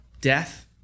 Death